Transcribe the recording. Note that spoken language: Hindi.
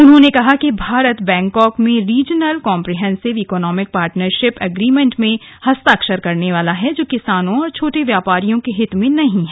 उन्होंने कहा कि भारत बैंकॉक में regional comprehensive economic partnership agreement में हस्ताक्षर करने वाला है जो किसानों और छोटे व्यापारियों के हित में नहीं है